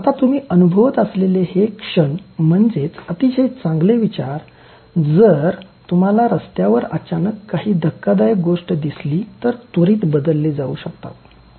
आता तुम्ही अनुभवत असलेल हे क्षण म्हणजेच अतिशय चांगले विचार जर तुम्हाला रस्त्यावर अचानक काही धक्कादायक गोष्ट दिसली तर त्वरीत बदलले जाऊ शकतात